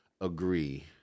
agree